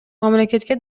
мамлекетке